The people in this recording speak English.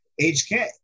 HK